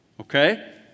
Okay